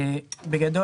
בגדול,